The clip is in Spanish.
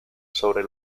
sobre